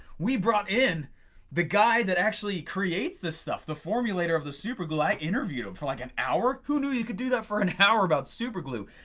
we brought in the guy that actually creates this stuff the formulator of the super glue i interviewed him for like an hour. who knew you could do that for an hour about super glue?